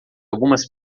algumas